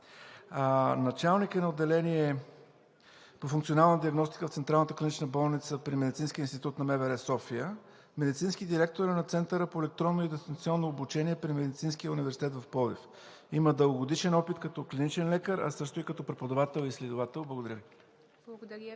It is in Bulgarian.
Началник е на Отделение по функционална диагностика в Централната клинична болница при Медицинския институт на МВР-София, медицински директор е на Центъра по електронно и дистанционно обучение при Медицинския университет в Пловдив. Има дългогодишен опит като клиничен лекар, а също и като преподавател и изследовател. Благодаря Ви. ПРЕДСЕДАТЕЛ